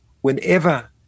whenever